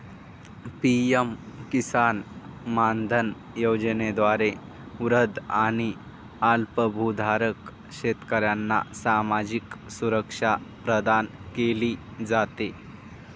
PM Kisan Maandhan योजनेद्वारे वृद्ध आणि अल्पभूधारक शेतकऱ्यांना सामाजिक सुरक्षा प्रदान केली जाते